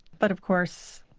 but of course